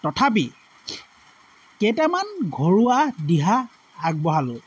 তথাপি কেইটামান ঘৰুৱা দিহা আগবঢ়ালোঁ